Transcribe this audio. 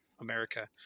America